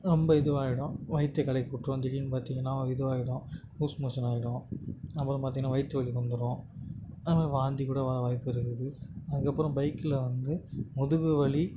ரொம்ப இதுவாயிடும் வயிற்ற கலக்கி விட்ரும் திடீர்னு பார்த்தீங்கன்னா இதுவாகிடும் லூஸ் மோஷன் ஆகிடும் அப்புறம் பாத்தீங்கன்னா வயிற்று வலி வந்துரும் அப்புறம் வாந்திக் கூட வர வாய்ப்பு இருக்குது அதுக்கப்புறம் பைக்கில் வந்து முதுகு வலி